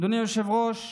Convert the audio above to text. אדוני היושב-ראש,